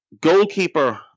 Goalkeeper